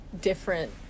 different